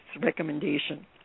recommendation